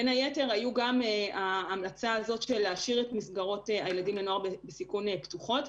בין היתר הייתה המלצה להשאיר את המסגרות של נוער בסיכון פתוחות,